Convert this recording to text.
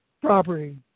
property